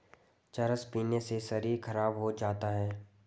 चरस पीने से शरीर खराब हो जाता है